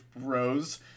rose